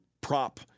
prop